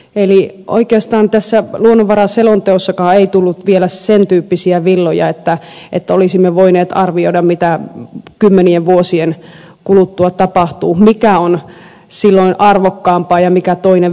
eli oikeastaan tässä luonnonvaraselonteossakaan ei tullut vielä sen tyyppisiä villoja että olisimme voineet arvioida mitä kymmenien vuosien kuluttua tapahtuu mikä on silloin arvokkaampaa ja mikä toinen väistää